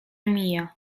mija